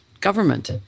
government